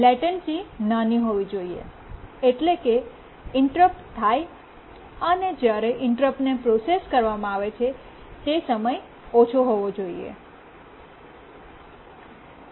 latency નાની હોવી જોઈએ એટલે કે ઇન્ટરપ્ટ થાય અને જ્યારે ઇન્ટરપ્ટને પ્રોસેસ કરવામાં આવે છે તે સમય ઓછો હોવો જોઈએ